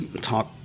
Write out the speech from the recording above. talk